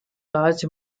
large